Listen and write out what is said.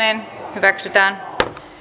hyväksytään